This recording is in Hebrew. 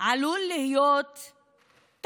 עלול להיות תרגיל,